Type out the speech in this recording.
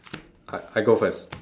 I I go first